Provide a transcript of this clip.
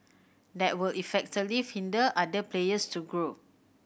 that will effectively hinder other players to grow